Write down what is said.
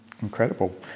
Incredible